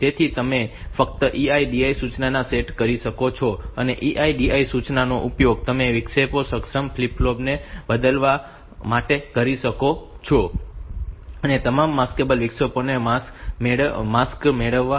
તેથી તમે ફક્ત EI DI સૂચના સેટ કરી શકો છો અને EI DI સૂચનાનો ઉપયોગ તમે વિક્ષેપ સક્ષમ ફ્લિપ ફ્લોપ ને બદલવા માટે કરી શકો છો અને તમામ માસ્કેબલ વિક્ષેપોને માર્ક્સ મળશે